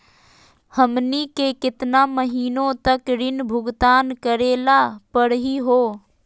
हमनी के केतना महीनों तक ऋण भुगतान करेला परही हो?